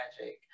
magic